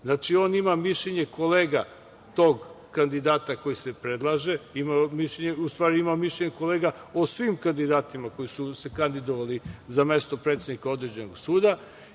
On ima mišljenje kolega tog kandidata koji se predlaže, ima mišljenje kolega o svim kandidatima koji su se kandidovali za mesto predsednika određenog suda